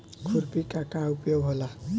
खुरपी का का उपयोग होला?